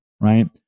right